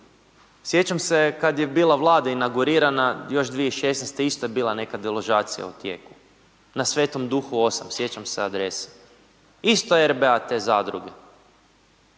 Sjećam se kad je bila vlada inaugurirana još 2016. isto je bila neka deložacija u tijeku na Svetom duhu 8, sjećam se adrese isto RBA te zadruge.